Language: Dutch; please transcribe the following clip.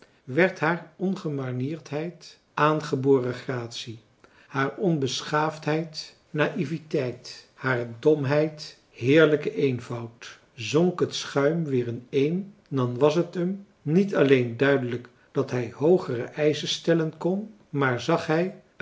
werd haar ongemanierdheid aangeboren gratie haar onbeschaafdheid naïeveteit haar domheid heerlijke eenvoud zonk het schuim weer ineen dan was t hem niet alleen duidelijk dat hij hoogere eischen stellen kon maar zag hij